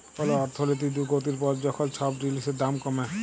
call অর্থলৈতিক দুর্গতির পর যখল ছব জিলিসের দাম কমে